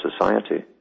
society